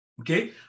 Okay